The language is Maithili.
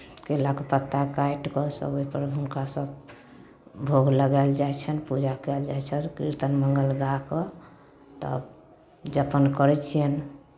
केलाके पत्ता काटि कऽ सभ ओहिपर हुनका सभ भोग लगायल जाइ छनि पूजा कयल जाइ छनि कीर्तन मङ्गल गा कऽ तब जपन करै छियनि